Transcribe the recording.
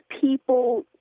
people